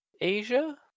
Asia